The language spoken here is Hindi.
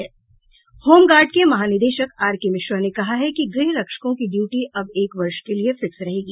होमगार्ड के महा निदेशक आरके मिश्रा ने कहा कि गृह रक्षकों की ड्यूटी अब एक वर्ष के लिए फिक्स रहेगी